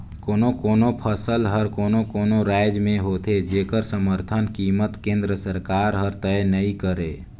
कोनो कोनो फसल हर कोनो कोनो रायज में होथे जेखर समरथन कीमत केंद्र सरकार हर तय नइ करय